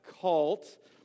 cult